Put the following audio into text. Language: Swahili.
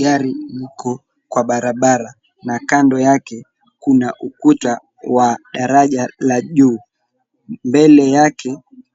Gari iko kwa barabara na kando yake kuna ukuta wa daraja la juu. Mbele yake